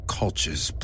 cultures